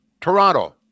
Toronto